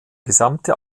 gesamte